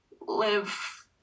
live